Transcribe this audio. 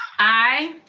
aye.